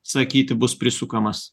sakyti bus prisukamas